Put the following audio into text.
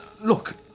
Look